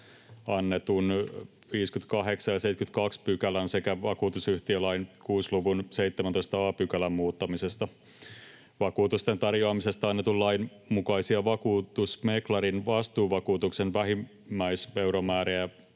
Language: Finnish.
annetun lain 58 §:n ja 72 §:n sekä vakuutusyhtiölain 6 luvun 17 a §:n muuttamisesta. Vakuutusten tarjoamisesta annetun lain mukaisia vakuutusmeklarin vastuuvakuutuksen vähimmäiseuromääriä